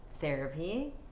therapy